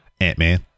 Ant-Man